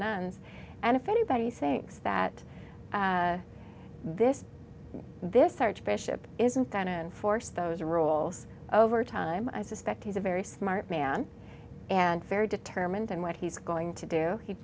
and and if anybody thinks that this this archbishop isn't going to enforce those rules over time i suspect he's a very smart man and very determined and what he's going to do he